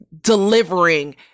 delivering